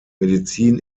medizin